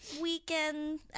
weekend